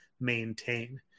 maintain